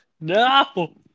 No